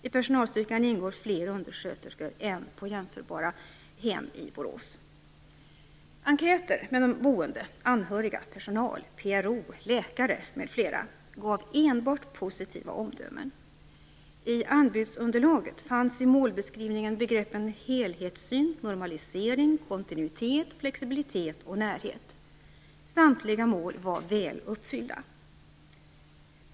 I personalstyrkan ingår fler undersköterskor än på andra jämförbara hem i Borås. Enkäter med de boende, anhöriga, personal, PRO, läkare m.fl. gav enbart positiva omdömen. I anbudsunderlaget fanns i målbeskrivningen begreppen helhetssyn, normalisering, kontinuitet, flexibilitet och närhet. Samtliga mål var väl uppfyllda.